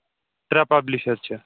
ترٛےٚ پَبلِشر چھِ